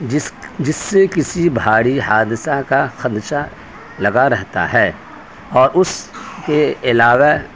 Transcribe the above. جس جس سے کسی بھاری حادثہ کا خدشہ لگا رہتا ہے اور اس کے علاوہ